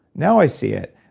now i see it.